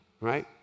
right